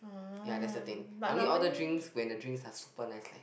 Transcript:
ya that's the thing I only order drinks when the drinks are super nice like